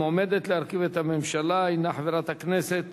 המועמדת להרכיב את הממשלה היא חברת הכנסת